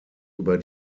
über